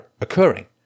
occurring